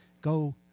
go